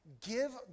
give